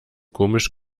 komisch